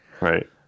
right